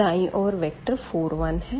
दायीं ओर वेक्टर 4 1 है